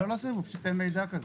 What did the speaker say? לא סרבו, פשוט אין מידע כזה.